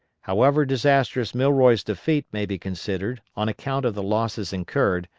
however disastrous milroy's defeat may be considered on account of the losses incurred,